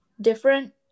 different